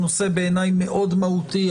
הוא נושא מאוד מהותי.